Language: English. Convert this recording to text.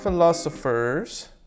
philosophers